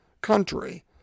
country